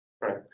right